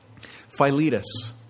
Philetus